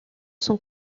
son